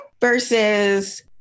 versus